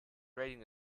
rating